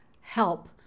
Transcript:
help